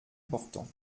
portant